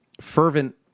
fervent